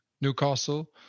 Newcastle